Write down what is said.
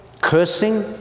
Cursing